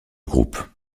groupe